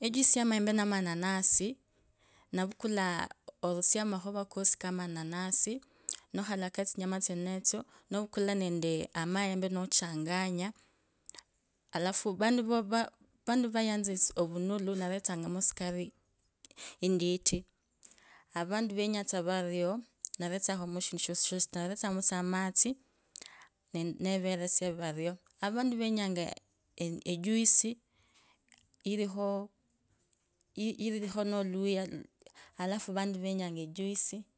echuisi yamaembe na mananasi ndavukula, norusyia amakhova kamananesi, nokhalaka etsinyama tsenetsu novukula nende maembe kenako nochanganya alafu avantu vayanza avunulu ndaretsanga ndaretsanyamo shindushosishosi taci indavetsanga endio avantu venyenga echuisi ilikhoo. Ilikhoo noluyia alafu venyenya echuisi.